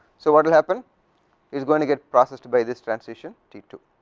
so, what will happen is going to get processed by this transition t two,